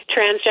transgender